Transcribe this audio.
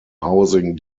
housing